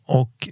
och